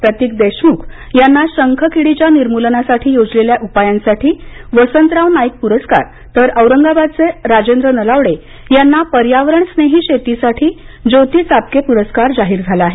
प्रतीक देशमुख यांना शंख किडीच्या निर्मूलनासाठी योजलेल्या उपायांसाठी वसंतराव नाईक पुरस्कार तर औरंगाबादचे राजेंद्र नलावडे यांना पर्यावरणस्नेही शेतीसाठी ज्योती चापके पुरस्कार जाहीर झाला आहे